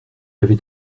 avait